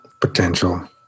potential